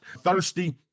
thirsty